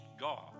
God